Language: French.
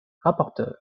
rapporteure